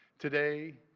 today,